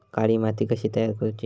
काळी माती कशी तयार करूची?